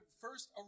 first